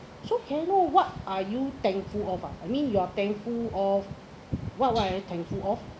so can I know what are you thankful of ah I mean you're thankful of what what are you thankful of